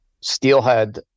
steelhead